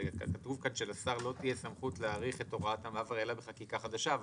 כתוב כאן שלשר לא תהיה סמכות להאריך את הוראת המעבר אלא בחקיקה חדשה.